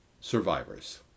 Survivors